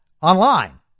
online